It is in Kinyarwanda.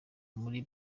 muri